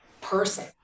person